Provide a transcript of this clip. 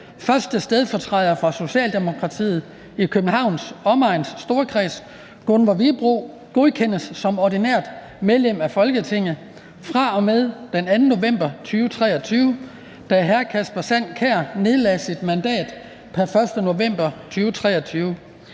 at 1. stedfortræder for Socialdemokratiet i Københavns Omegns Storkreds, Gunvor Wibroe, godkendes som ordinært medlem af Folketinget fra og med den 2. november 2023, da Kasper Sand Kjær nedlagde sit mandat pr. 1. november 2023.